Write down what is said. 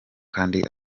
kandi